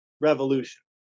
revolution